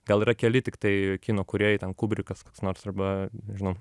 gal yra keli tiktai kino kūrėjai ten kubrikas koks nors arba nežinau